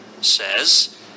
says